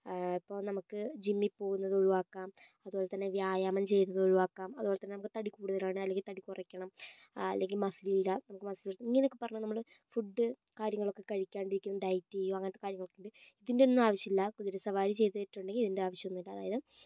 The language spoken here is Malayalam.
ഇപ്പോൾ നമുക്ക് ജിമ്മിൽ പോകുന്നത് ഒഴിവാക്കാം അതുപോലെ തന്നെ വ്യായാമം ചെയ്യുന്നത് ഒഴിവാക്കാം അതുപോലെ തന്നെ നമുക്ക് തടി കൂടുതലാണ് അല്ലെങ്കിൽ തടി കുറയ്ക്കണം അല്ലെങ്കിൽ മസിൽ ഇല്ല നമുക്ക് മസിൽ ഇങ്ങനൊക്കെ പറഞ്ഞ് ഫുഡ്ഡ് കാര്യങ്ങളൊക്കെ കഴിക്കാണ്ടിരിക്കുന്നു ഡയറ്റ് ചെയുക അങ്ങനത്തെ കാര്യങ്ങളക്കെ ഉണ്ട് ഇതിൻ്റെ ഒന്നും ആവശ്യമില്ല കുതിരസവാരി ചെയ്തിട്ടുണ്ടെങ്കിൽ ഇതിൻ്റെ ആവശ്യം ഒന്നുമില്ല അതായത്